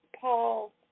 Paul